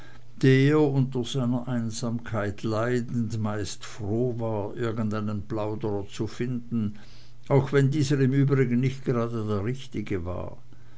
unter seiner einsamkeit leidend meist froh war irgendeinen plauderer zu finden auch wenn dieser im übrigen nicht gerade der richtige war